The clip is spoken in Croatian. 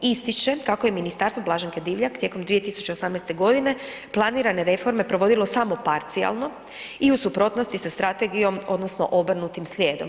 Ističe kako je Ministarstvo Blaženke Divjak tijekom 2018. g. planirane reforme provodilo samo parcijalno i u suprotnosti sa strategijom, odnosno obrnutim slijedom.